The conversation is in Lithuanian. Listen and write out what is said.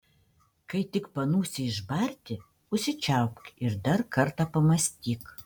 kai tik panūsi išbarti užsičiaupk ir dar kartą pamąstyk